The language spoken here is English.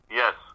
yes